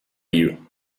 you